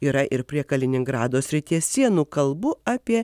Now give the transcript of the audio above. yra ir prie kaliningrado srities sienų kalbu apie